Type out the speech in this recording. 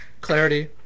clarity